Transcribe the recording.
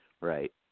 Right